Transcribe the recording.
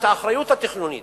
את האחריות התכנונית?